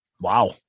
Wow